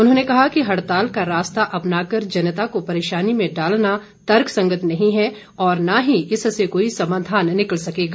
उन्होंने कहा कि हड़ताल का रास्ता अपना कर जनता को परेशानी में डालना तर्कसंगत नहीं है और न ही इससे कोई समाधान निकल सकेगा